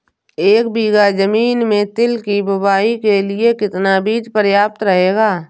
एक बीघा ज़मीन में तिल की बुआई के लिए कितना बीज प्रयाप्त रहेगा?